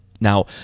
Now